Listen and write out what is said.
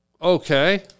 Okay